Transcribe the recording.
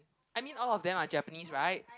I mean all of them are Japanese right